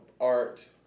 art